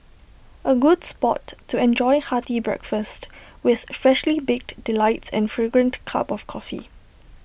A good spot to enjoy hearty breakfast with freshly baked delights and fragrant cup of coffee